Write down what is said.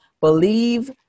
believe